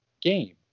game